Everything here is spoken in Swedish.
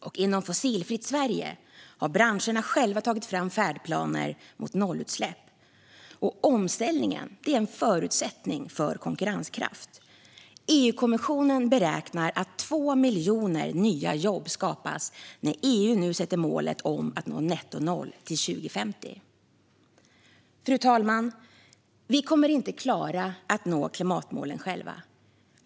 Inom initiativet Fossilfritt Sverige har branscherna själva tagit fram färdplaner mot nollutsläpp. Omställningen är en förutsättning för konkurrenskraft. EU-kommissionen beräknar att 2 miljoner nya jobb skapas när EU nu sätter målet att nå nettonollutsläpp till 2050. Fru talman! Vi kommer inte att klara att nå klimatmålen själva.